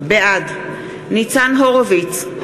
בעד ניצן הורוביץ,